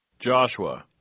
Joshua